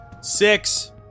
Six